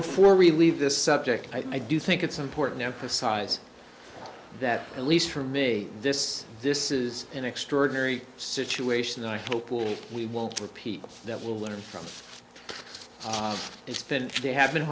before we leave this subject i do think it's important to emphasize that at least for me this this is an extraordinary situation that i hope we won't repeat that will learn from it's been they have been